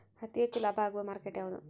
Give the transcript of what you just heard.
ಅತಿ ಹೆಚ್ಚು ಲಾಭ ಆಗುವ ಮಾರ್ಕೆಟ್ ಯಾವುದು?